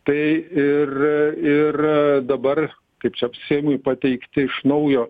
tai ir ir dabar kaip čia seimui pateikti iš naujo